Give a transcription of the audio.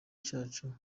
cyacu